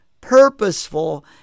purposeful